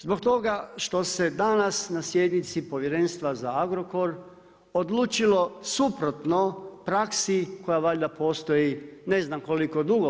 Zbog toga što se danas na sjednici Povjerenstva za Agrokor odlučilo suprotno praksi koja valjda postoji ne znam koliko dugo.